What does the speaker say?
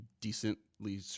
decently